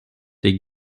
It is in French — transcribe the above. des